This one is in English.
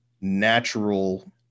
natural